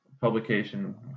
publication